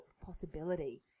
possibility